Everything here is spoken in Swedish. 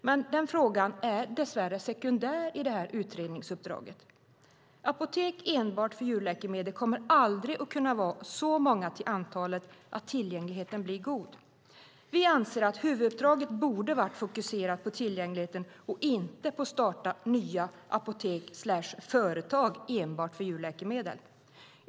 Men den frågan är dess värre sekundär i utredningsuppdraget. Apotek enbart för djurläkemedel kommer aldrig att kunna vara så många till antalet att tillgängligheten blir god. Vi anser att huvuduppdraget borde ha fokuserat på tillgängligheten och inte på att starta nya apotek och företag enbart för djurläkemedel.